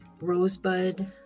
Rosebud